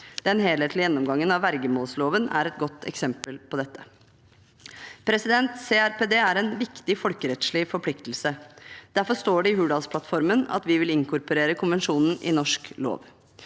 Den helhetlige gjennomgangen av vergemålsloven er et godt eksempel på dette. CRPD er en viktig folkerettslig forpliktelse. Derfor står det i Hurdalsplattformen at vi vil inkorporere konvensjonen i norsk lov.